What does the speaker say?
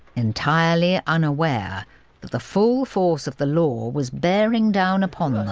entirely unaware that the full force of the law was bearing down upon them.